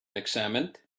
examined